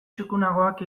txukunagoak